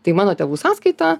tai į mano tėvų sąskaitą